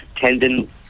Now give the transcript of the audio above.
tendon